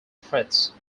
threats